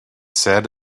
said